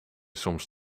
soms